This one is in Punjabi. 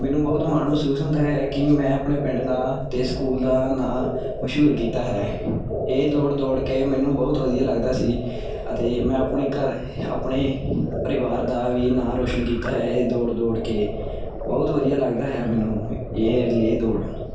ਮੈਨੂੰ ਬਹੁਤ ਮਾਣ ਮਹਿਸੂਸ ਹੁੰਦਾ ਹੈ ਕਿ ਮੈਂ ਆਪਣੇ ਪਿੰਡ ਦਾ ਅਤੇ ਸਕੂਲ ਦਾ ਨਾਂ ਮਸ਼ਹੂਰ ਕੀਤਾ ਹੈ ਇਹ ਦੌੜ ਦੌੜ ਕੇ ਮੈਨੂੰ ਬਹੁਤ ਵਧੀਆ ਲੱਗਦਾ ਸੀ ਅਤੇ ਮੈਂ ਆਪਣੇ ਘਰ ਆਪਣੇ ਪਰਿਵਾਰ ਦਾ ਵੀ ਨਾਂ ਰੋਸ਼ਨ ਕੀਤਾ ਹੈ ਇਹ ਦੌੜ ਦੌੜ ਕੇ ਬਹੁਤ ਵਧੀਆ ਲੱਗਦਾ ਹੈ ਮੈਨੂੰ ਇਹ ਰਿਲੇਅ ਦੋੜ